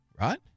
right